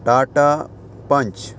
Tata Panch